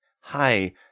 Hi